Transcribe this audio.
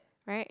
right